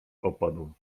opadł